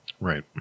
Right